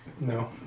No